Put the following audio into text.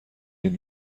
این